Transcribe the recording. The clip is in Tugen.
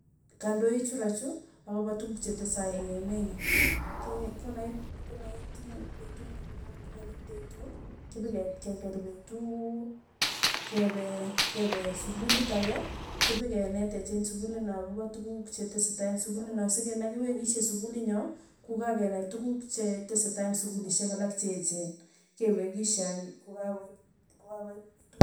Kandoichu ra chu akopa tukuk chetesai eng' emenyo, ke konait konait petut nepa kokapek petuu, kipiket keker petuu kepe kepe sukulit ake kipekenet eng' sukuli no akopa tukuk che tesetai eng' sukuli no, sikinakiwekishe sukuli nyo, kukakenai tukuk che tesetai eng' sukulishek alak che echeen, kewekishe anyun ko kakoit ko kakoit petut.